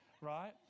right